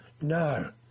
No